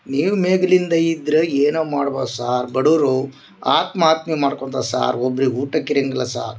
ನೀವು ಮೆದ್ಲಿಂದ ಇದ್ದರೆ ಏನೋ ಮಾಡ್ಬೋದ ಸರ್ ಬಡುವರು ಆತ್ಮಹತ್ಯೆ ಮಾಡ್ಕೊಂತಾರ ಸಾರ್ ಒಬ್ರಿಗ ಊಟಕ ಇರಂಗಿಲ್ಲ ಸಾರ್